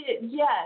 yes